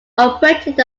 operated